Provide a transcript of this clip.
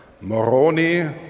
Moroni